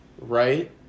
right